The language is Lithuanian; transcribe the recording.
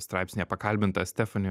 straipsnyje pakalbinta stefani